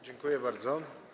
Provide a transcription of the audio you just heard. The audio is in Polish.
Dziękuję bardzo.